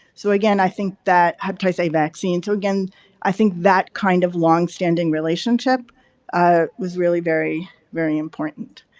so, again i think that hepatitis a vaccine. so, again i think that kind of longstanding relationship was really very, very important.